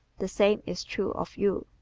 the same is true of you.